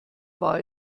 war